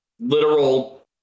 literal